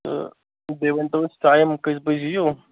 تہٕ بیٚیہِ ؤنۍ تو اَسہِ ٹایِم کٔژِ بَجہِ یِیِو